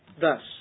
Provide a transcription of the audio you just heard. Thus